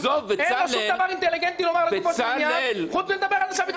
אין לו שום דבר אינטליגנטי לומר חוץ מלדבר על מתנחלים.